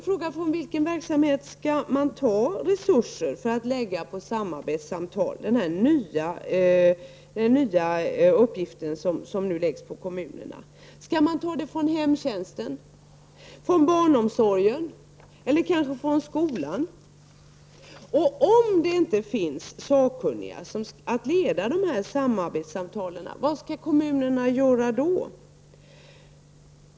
Från vilket verksamhet skall man ta resurser till samarbetsavtal, den här nya uppgiften som nu läggs på kommunerna? Skall man ta resurserna från hemtjänsten, från barnomsorgen eller kanske från skolan? Och om det inte finns sakkunniga för att leda de här samarbetssamtalen, vad skall kommunerna göra då?